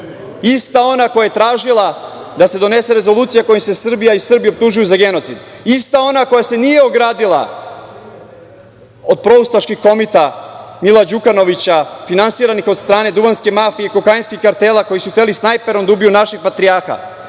Ista ona koja je tražila da se donese rezolucija kojom se Srbija i Srbi optužuju za genocid. Ista ona koja se nije ogradila od proustaških komita Mila Đukanovića, finansiranih od strane duvanske mafije, kokainskih kartela, koji su hteli snajperom da ubiju našeg patrijarha.